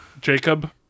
Jacob